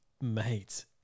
mate